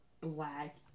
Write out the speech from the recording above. black